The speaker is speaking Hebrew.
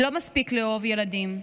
"לא מספיק לאהוב ילדים,